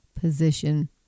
position